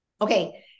Okay